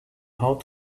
how